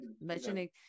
mentioning